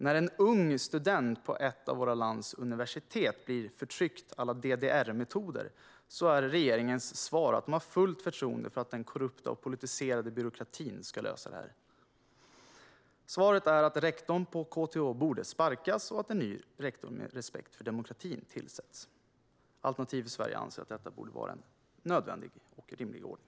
När en ung student på ett av landets universitet blir förtryckt à la DDR-metoder är regeringens svar att de har fullt förtroende för att den korrupta och politiserade byråkratin ska lösa detta. Svaret är att rektorn på KTH borde sparkas och att en ny rektor med respekt för demokratin tillsätts. Alternativ för Sverige anser att detta borde vara en nödvändig och rimlig åtgärd.